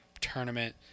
tournament